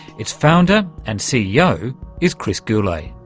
its founder and ceo is chris gourlay.